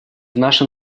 нашем